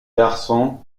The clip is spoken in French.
garçon